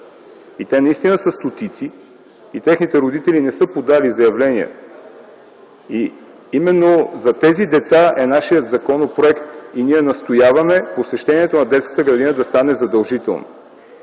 те наистина са стотици и техните родители не са подали заявление. Именно за тези деца е нашият законопроект. И ние настояваме посещението на детската градина да стане задължително.